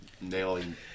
nailing